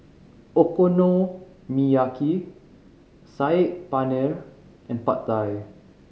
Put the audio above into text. Okonomiyaki Saag Paneer and Pad Thai